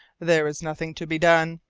there is nothing to be done,